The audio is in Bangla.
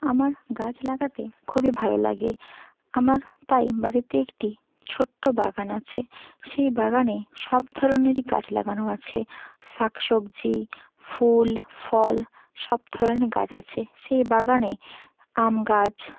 আমার গাছ লাগাতে খুবই ভালো লাগে আমার তাই বাড়িতে একটি ছোট্ট বাগান আছে সেই বাগানে সব ধরনেরই গাছ লাগানো আছে শাক সবজি ফুল ফল সব ধরনের গাছ আছে সেই বাগানে আম গাছ